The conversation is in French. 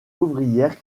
ouvrière